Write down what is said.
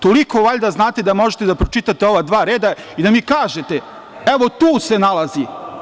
Toliko valjda znate da možete da pročitate ova dva reda i da mi kažete – evo, tu se nalazi.